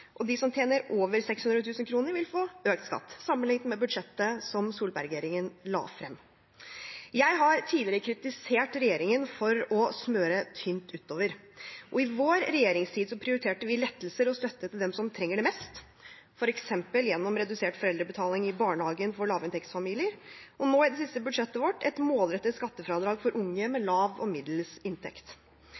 og de som tjener over 600 000 kr, vil få økt skatt, sammenlignet med budsjettet som Solberg-regjeringen la frem. Jeg har tidligere kritisert regjeringen for å smøre tynt utover. I vår regjeringstid prioriterte vi lettelser og støtte til dem som trenger det mest, f.eks. gjennom redusert foreldrebetaling i barnehagen for lavinntektsfamilier, og nå, i det siste budsjettet vårt, et målrettet skattefradrag for unge med lav og middels inntekt.